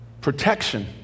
Protection